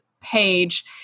page